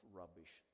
rubbish